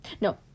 no